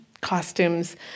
costumes